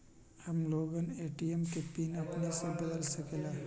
हम लोगन ए.टी.एम के पिन अपने से बदल सकेला?